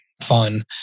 fun